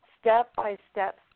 step-by-step